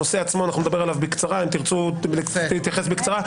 הנושא עצמו אנחנו נדבר עליו בקצרה אם תרצו להתייחס בקצרה,